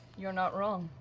you're not wrong.